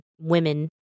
women